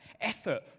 effort